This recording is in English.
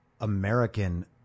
American